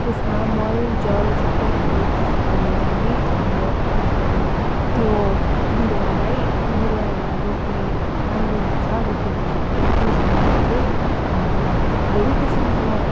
त्यसमा मल जल सबैहरू हालेर नै अब त्यो बिरुवालाई बिरुवा एउटा रोप्ने राम्रो हुन्छ रोप्यो भने त्यो समयमा चाहिँ अन्त अब धेरै किसिमको